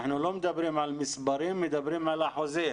אנחנו לא מדברים על מספרים, מדברים על אחוזים.